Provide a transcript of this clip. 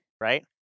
Right